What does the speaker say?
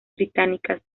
británicas